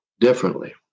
Differently